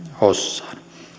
hossaan